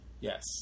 Yes